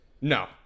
no